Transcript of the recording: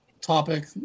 topic